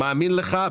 אני מאמין לך,